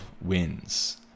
wins